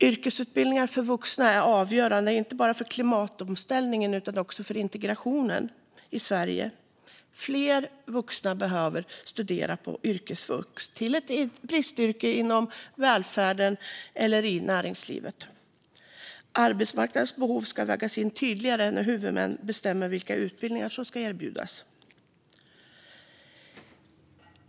Yrkesutbildningar för vuxna är avgörande inte bara för klimatomställningen utan också för integrationen i Sverige. Fler vuxna behöver studera på yrkesvux till ett bristyrke inom välfärden eller i näringslivet. Arbetsmarknadens behov ska vägas in tydligare när huvudmän bestämmer vilka utbildningar som ska erbjudas.